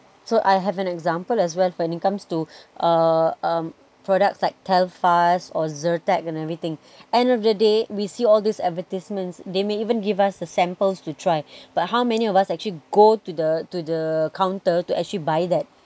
so I have an example as well when it comes to uh uh products like telfast or zyrtec and everything end of the day we see all these advertisements they may even give us a samples to try but how many of us actually go to the to the counter to actually buy that